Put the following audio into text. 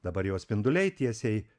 dabar jos spinduliai tiesiai